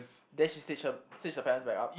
then she snitch her snitch her parents back up